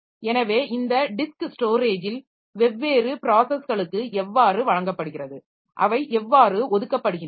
எனவே இந்த டிஸ்க் ஸ்டோரேஜில் வெவ்வேறு ப்ராஸஸ்களுக்கு எவ்வாறு வழங்கப்படுகிறது அவை எவ்வாறு ஒதுக்கப்படுகின்றன